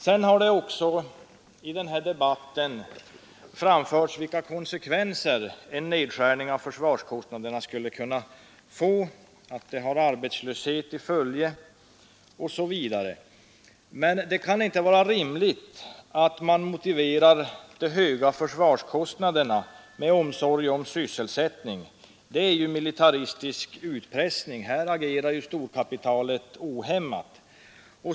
Man har också i denna debatt pekat på vilka konsekvenser en nedskärning av försvarskostnaderna skulle kunna få i form av arbetslöshet osv. Men det kan inte vara rimligt att man motiverar de höga försvarskostnaderna med omsorg om sysselsättningen. Det är militaristisk utpressning. I detta sammanhang agerar ju storkapitalet ohämmat.